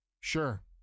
Sure